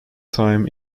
time